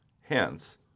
hence